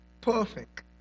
perfect